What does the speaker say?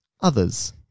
others